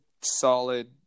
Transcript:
solid